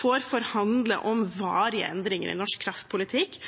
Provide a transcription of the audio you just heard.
får forhandle om varige endringer i